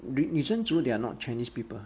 女真族 they're not chinese people